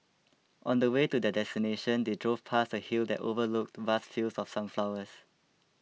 on the way to their destination they drove past a hill that overlooked vast fields of sunflowers